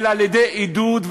אלא על-ידי עידוד,